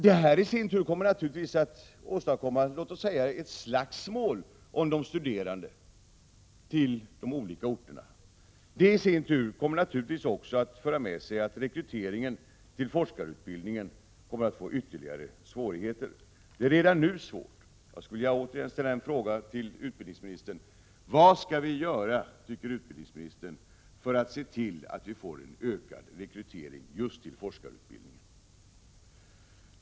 Detta i sin tur kommer naturligtvis att åstadkomma ett slagsmål om de studerande på de olika orterna. Och det i sin tur kommer naturligtvis att leda till ytterligare svårigheter med rekryteringen till forskarutbildningen — det är redan nu svårt.